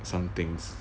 some things